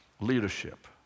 leadership